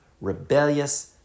rebellious